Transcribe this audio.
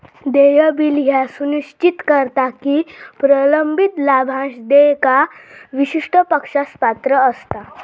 देय बिल ह्या सुनिश्चित करता की प्रलंबित लाभांश देयका विशिष्ट पक्षास पात्र असता